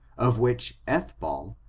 of which ethball,